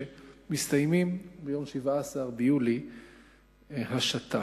שמסתיימים ב-17 ביולי השתא,